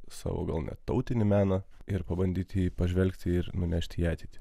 savo gal net tautinį meną ir pabandyti pažvelgti ir nunešti į ateitį